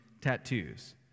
tattoos